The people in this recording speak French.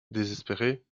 désespérée